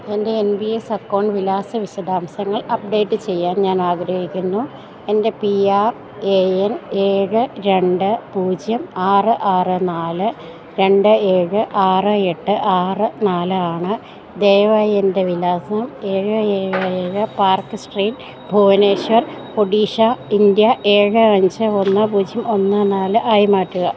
എൻ്റെ N P S account വിലാസ വിശദാംശങ്ങൾ അപ്ഡേറ്റ് ചെയ്യാൻ ഞാൻ ആഗ്രഹിക്കുന്നു എൻ്റെ പി ആർ എ എൻ ഏഴ് രണ്ട് പൂജ്യം ആറ് ആറ് നാല് രണ്ട് ഏഴ് ആറ് എട്ട് ആറ് നാല് ആണ് ദയവായി എൻ്റെ വിലാസം ഏഴ് ഏഴ് ഏഴ് park street Bhubaneswar Odisha India ഏഴ് അഞ്ച് ഒന്ന് പൂജ്യം ഒന്ന് നാല് ആയി മാറ്റുക